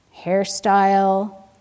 hairstyle